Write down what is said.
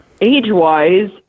Age-wise